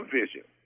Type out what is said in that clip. vision